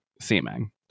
seeming